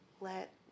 let